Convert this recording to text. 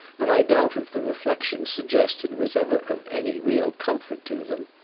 and i doubt if the reflection suggested was ever of any real comfort to them.